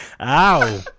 Ow